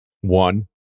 One